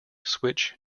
switch